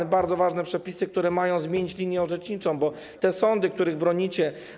Chodzi o bardzo ważne przepisy, które mają zmienić linię orzeczniczą, bo sądy, których bronicie.